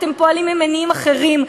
אתם פועלים ממניעים אחרים,